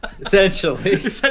Essentially